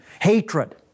hatred